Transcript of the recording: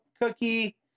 cookie